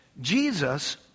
Jesus